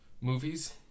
movies